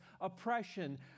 oppression